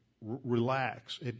relax